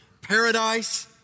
paradise